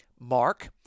Mark